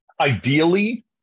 ideally